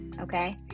okay